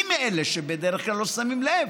אני מאלה שבדרך כלל לא שמים לב,